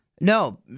No